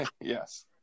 yes